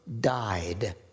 died